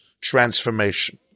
transformation